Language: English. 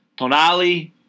Tonali